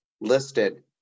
listed